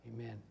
Amen